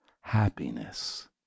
happiness